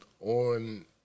on